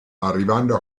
arrivando